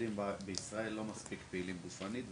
שהילדים והילדות בישראל לא מספיק פעילים גופנית.